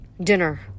Dinner